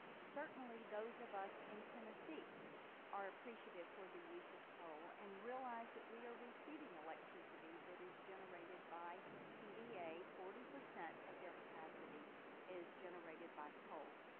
certainly those of us in tennessee are appreciative for the use of coal and realize that we are receiving electricity that is generated by tva forty percent of their capacity is generated by coal.